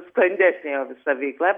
sklandesnė jo visa veikla